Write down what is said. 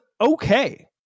okay